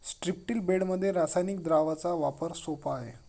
स्ट्रिप्टील बेडमध्ये रासायनिक द्रावणाचा वापर सोपा आहे